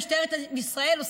חס וחלילה.